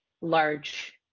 large